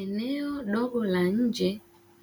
Eneo dogo la nje